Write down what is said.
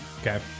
Okay